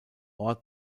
ort